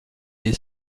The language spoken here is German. die